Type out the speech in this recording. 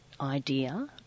idea